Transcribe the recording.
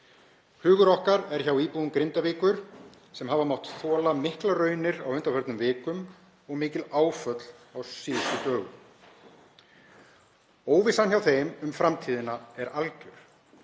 Hugur okkar er hjá íbúum Grindavíkur sem hafa mátt þola miklar raunir á undanförnum vikum og mikil áföll á síðustu dögum. Óvissan hjá þeim um framtíðina er algjör.